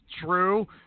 true